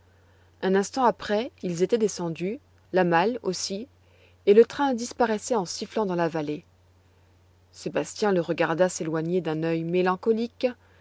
un instant après ils étaient descendus la malle aussi et le train disparaissait en sifflant dans la vallée sébastien le regarda s'éloigner d'un œil mélancolique